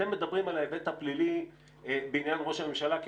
אתם מדברים על ההיבט הפלילי בעניין ראש הממשלה כי